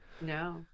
No